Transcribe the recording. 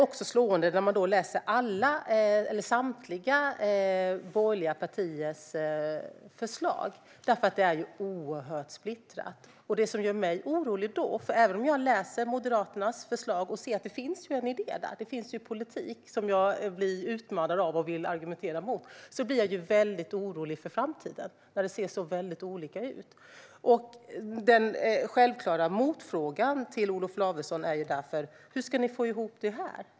Läser man samtliga borgerliga partiers förslag slås man av att det är väldigt splittrat. Även om jag läser Moderaternas förslag och ser att det finns en idé och politik där som jag blir utmanad av och vill argumentera mot blir jag orolig för framtiden när det ser så olika ut. Den självklara motfrågan till Olof Lavesson är därför: Hur ska ni få ihop detta?